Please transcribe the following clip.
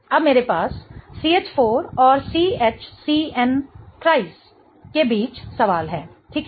अब मेरे पास CH4 और CH3 के बीच सवाल है ठीक है